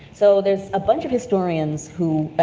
so there's a bunch of historians who,